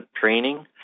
training